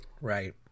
Right